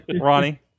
Ronnie